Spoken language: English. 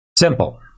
simple